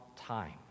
time